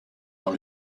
dans